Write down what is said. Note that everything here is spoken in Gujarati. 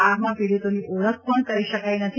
આગમાં પિડિતોની ઓળખ પણ કરી શકાય નથી